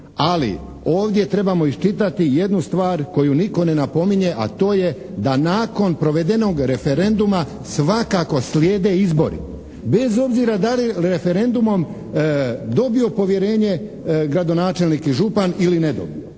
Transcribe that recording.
Ali ovdje trebamo iščitati jednu stvar koju nitko ne napominje, a to je da nakon provedenog referenduma svakako slijede izbori. Bez obzira da li referendumom dobio povjerenje gradonačelnik i župan ili ne dobio.